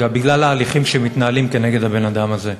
בגלל ההליכים שמתנהלים נגד הבן-אדם הזה.